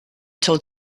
told